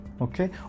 Okay